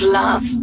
love